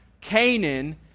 Canaan